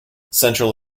central